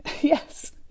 Yes